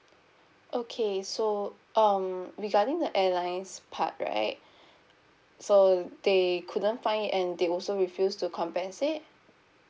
okay so um regarding the airlines part right so they couldn't find it and they also refused to compensate